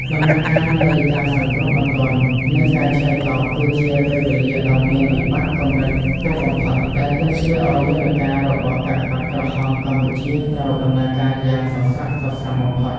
ដំណាក់កាលនៃ ការសង្គ្រោះបន្ទាន់ និងការឆ្លើយតប គឺជាពេលវេលាដ៏មានវិបត្តិកម្រិតខ្ពស់បំផុត ដែលទាមទារឱ្យយន្តការរបស់កាកបាទក្រហមកម្ពុជាត្រូវដំណើរការយ៉ាងសស្រាក់សស្រាំបំផុត។